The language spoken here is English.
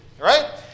Right